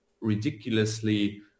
ridiculously